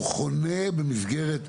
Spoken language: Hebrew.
הוא חונה במסגרת,